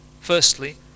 Firstly